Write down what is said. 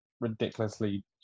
ridiculously